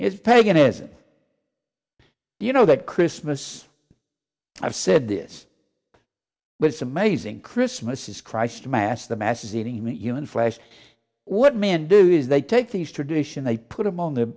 is paganism you know that christmas i've said this was amazing christmas is christ mass the mass is eating human flesh what men do is they take these tradition they put them on the